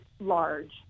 large